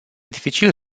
dificil